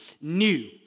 New